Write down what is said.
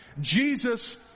Jesus